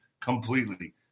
Completely